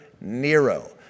Nero